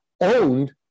owned